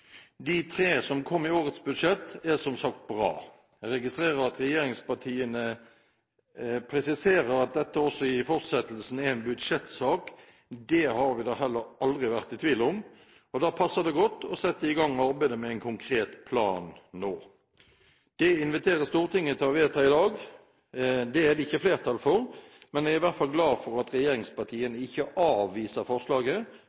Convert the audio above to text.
De tre som kom i årets budsjett, er som sagt bra. Jeg registrerer at regjeringspartiene presiserer at dette også i fortsettelsen er en budsjettsak. Det har vi da heller aldri vært i tvil om. Da passer det godt å sette i gang arbeidet med en konkret plan nå. Det inviteres Stortinget til å vedta i dag. Det er det ikke flertall for, men jeg er i hvert fall glad for at regjeringspartiene ikke avviser forslaget,